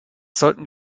sollten